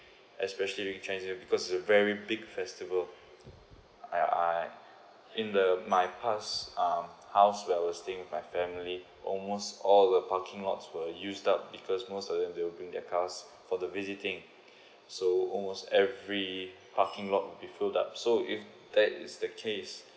especially in chinese new year because is a very big festival I I in the my past um house where I staying with my family almost all the parking lots were used up because most of them will bring their cars for the visiting so almost every parking lot will be filled up so if that is the case